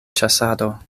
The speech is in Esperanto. ĉasado